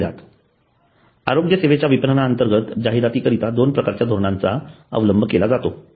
जाहिरात आरोग्य सेवेच्या विपणनाअंतर्गत जाहिराती करीता दोन प्रकारच्या धोरणांचा अवलंब केला जातो